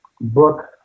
book